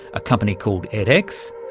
a company called edx,